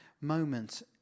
moment